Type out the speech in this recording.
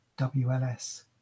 WLS